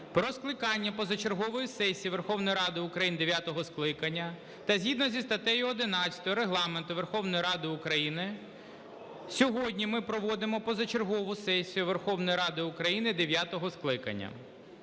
про скликання позачергової сесії Верховної Ради України дев'ятого скликання та згідно зі статтею 11 Регламенту Верховної Ради України сьогодні ми проводимо позачергову сесію Верховної Ради України дев'ятого скликання.